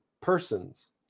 persons